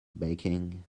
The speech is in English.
baking